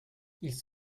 ils